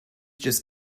just